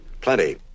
Plenty